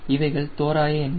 இவைகள் தோராய எண்கள்